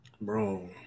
Bro